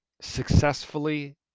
successfully